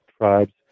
tribes